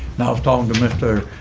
now i was talking to mr.